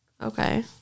Okay